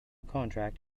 contract